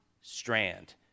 strand